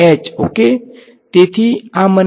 વિદ્યાર્થી h